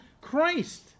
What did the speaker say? Christ